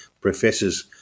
professors